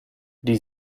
die